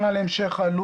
הממשלה.